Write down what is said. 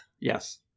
Yes